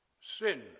sin